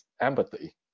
empathy